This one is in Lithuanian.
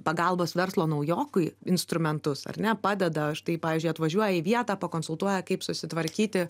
pagalbos verslo naujokui instrumentus ar ne padeda štai pavyzdžiui atvažiuoja į vietą pakonsultuoja kaip susitvarkyti